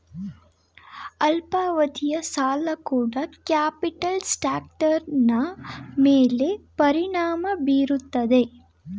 ಅಲ್ಪಾವಧಿಯ ಸಾಲ ಕೂಡ ಕ್ಯಾಪಿಟಲ್ ಸ್ಟ್ರಕ್ಟರ್ನ ಮೇಲೆ ಪರಿಣಾಮ ಬೀರುತ್ತದೆ